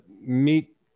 meet